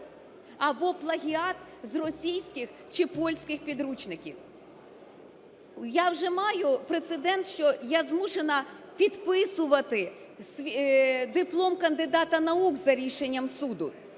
Або плагіат з російських чи польських підручників. Я вже маю прецедент, що я змушена підписувати диплом кандидата наук за рішенням суду,